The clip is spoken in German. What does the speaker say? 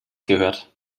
gehört